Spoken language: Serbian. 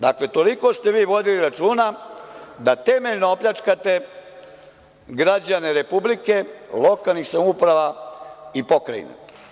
Dakle, toliko ste vi vodili računa da temeljno opljačkate građane Republike, lokalnih samouprava i Pokrajine.